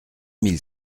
mille